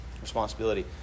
responsibility